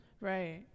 right